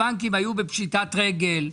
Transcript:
הבנקים היו בפשיטת רגל,